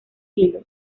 kilos